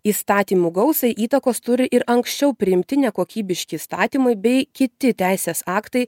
įstatymų gausai įtakos turi ir anksčiau priimti nekokybiški įstatymai bei kiti teisės aktai